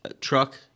truck